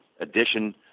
addition